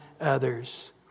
others